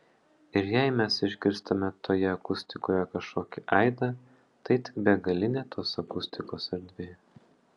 ir jei mes išgirstame toje akustikoje kažkokį aidą tai tik begalinė tos akustikos erdvė